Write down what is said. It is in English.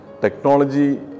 Technology